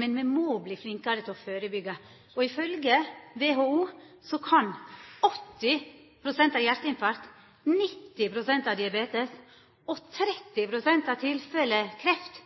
Men me må verta flinkare til å førebyggja. Ifølgje WHO kan 80 pst. av hjarteinfarkt, 90 pst. av diabetes og 30 pst. av tilfella av kreft